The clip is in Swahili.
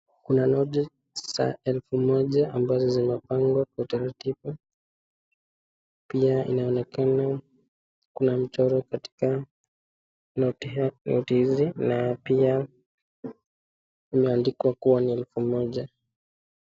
Kuna noti za elfu moja ambazo zimepangwa kwa utaratibu pia inaonekana kuna mchoro katika noti hiyo ndizi na pia imeandikwa kuwa ni elfu moja.